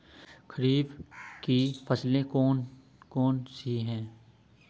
खरीफ की फसलें कौन कौन सी हैं?